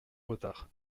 retard